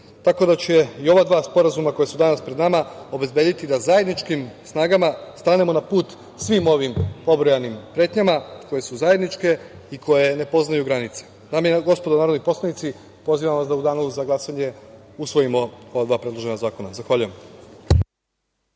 tako da će i ova dva sporazuma koja su danas pred nama obezbediti da zajedničkim snagama stanemo na put svim ovim pobrojanim pretnjama koje su zajedničke i koje poznaju granice. Dame i gospodo narodni poslanici, pozivam vas da u Danu za glasanje usvojimo ova dva predložena zakona. Zahvaljujem.